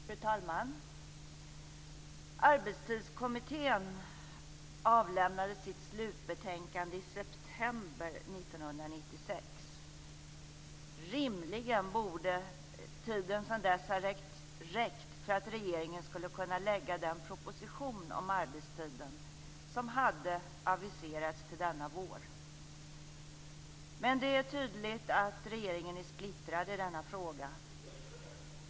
Fru talman! Arbetstidskommittén avlämnade sitt slutbetänkande i september 1996. Rimligen borde tiden sedan dess ha räckt för att regeringen skulle kunna lägga fram den proposition om arbetstiden som hade aviserats till denna vår. Men det är tydligt att regeringen är splittrad i denna fråga.